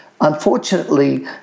unfortunately